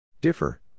Differ